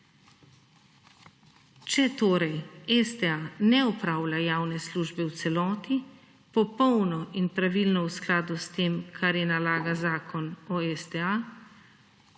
Če torej STA ne opravlja javne službe v celoti, popolno in pravilno v skladu s tem kar ji nalaga Zakon o STA,